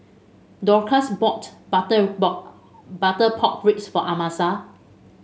Dorcas bought butter Butter Pork Ribs for Amasa